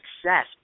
success